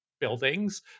buildings